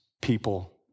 people